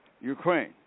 Ukraine